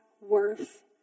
worth